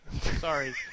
Sorry